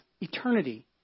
eternity